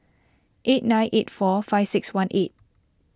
eight nine eight four five six one eight